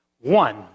one